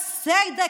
בצדק.